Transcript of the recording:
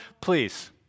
please